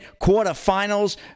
quarterfinals